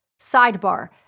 Sidebar